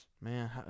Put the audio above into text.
man